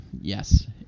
yes